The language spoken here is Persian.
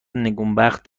نگونبخت